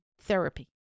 therapy